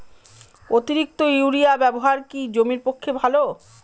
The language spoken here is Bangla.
অতিরিক্ত ইউরিয়া ব্যবহার কি জমির পক্ষে ভালো?